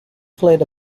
fled